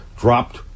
dropped